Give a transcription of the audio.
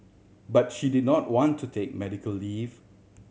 but she did not want to take medical leave